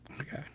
Okay